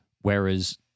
Whereas